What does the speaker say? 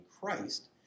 Christ